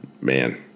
Man